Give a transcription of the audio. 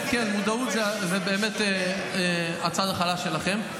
כן, מודעות זה באמת הצד החלש שלכם.